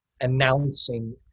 announcing